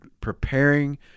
preparing